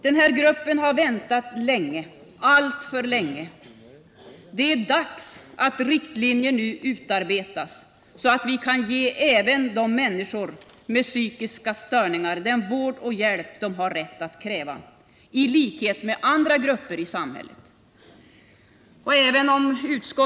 Den här gruppen har väntat länge, alltför länge. Det är dags att riktlinjer nu utarbetas så att vi kan ge även människor med psykiska störningar den vård och hjälp som de i likhet med andra grupper i samhället har rätt att kräva.